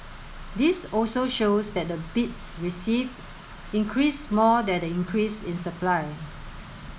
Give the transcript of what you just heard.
this also shows that the bids received increased more than the increase in supply